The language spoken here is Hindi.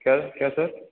क्या क्या सर